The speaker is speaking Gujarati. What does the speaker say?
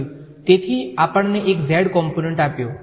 તેથી આ આપણને એક z કોમ્પોનંટ આપ્યો